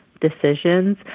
decisions